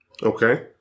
Okay